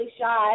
shot